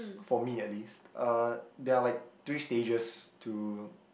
for me at least uh there are like three stages to